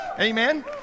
Amen